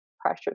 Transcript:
pressure